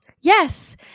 Yes